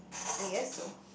I guess so